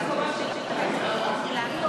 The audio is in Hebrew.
מה שחשוב, ההצעה להסיר מסדר-היום את הצעת חוק